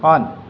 on